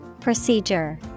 Procedure